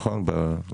נכון?